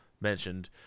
mentioned